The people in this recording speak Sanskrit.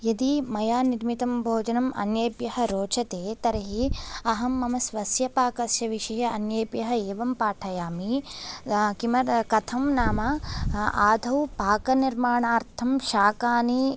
यदि मया निर्मितं भोजनम् अन्येभ्यः रोचते तर्हि अहं मम स्वस्य पाकस्य विषये अन्येभ्यः एवं पाठयामि किमर् कथं नाम आधौ पाकनिर्माणार्थं शाकानि